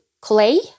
clay